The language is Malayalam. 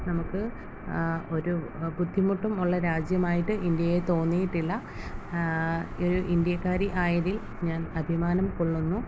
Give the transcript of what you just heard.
നമുക്ക് ഒരു ബുദ്ധിമുട്ടും ഉള്ള രാജ്യമായിട്ട് ഇന്ത്യയെ തോന്നിയിട്ടില്ല ഒരു ഇന്ത്യക്കാരി ആയതിൽ ഞാൻ അഭിമാനം കൊള്ളുന്നു